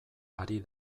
ari